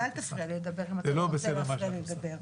אז אל תפריע לי לדבר אם אתה לא רוצה להפריע לי לדבר.